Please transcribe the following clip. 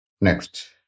Next